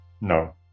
No